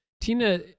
Tina